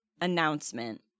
announcement